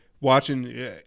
watching